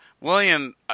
William